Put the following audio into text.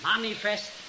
manifest